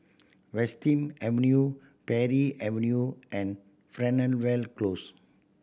Western Avenue Parry Avenue and Fernvale Close